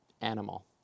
Animal